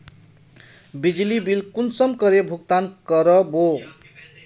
बिजली बिल कुंसम करे भुगतान कर बो?